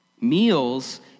Meals